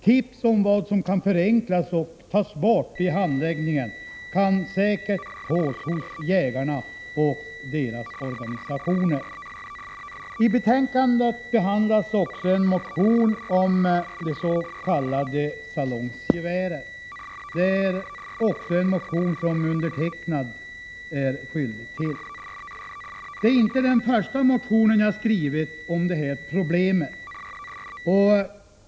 Tips om vad som kan förenklas och tas bort i handläggningen kan säkert fås hos jägarna och deras organisationer. I betänkandet behandlas också en motion om de s.k. salongsgevären. Det är också en motion som jag är skyldig till. Det är inte den första motion jag skrivit om det här problemet.